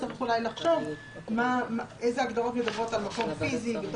צריך אולי לחשוב אילו הגדרות מדברות על מקום פיזי,